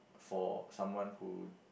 for someone who